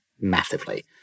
massively